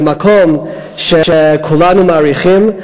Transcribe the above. זה מקום שכולנו מעריכים,